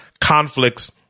conflicts